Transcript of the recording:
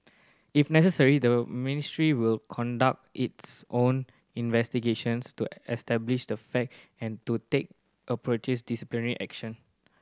if necessary the Ministry will conduct its own investigations to establish the fact and to take disciplinary action